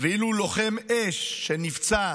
ואילו לוחם אש שנפצע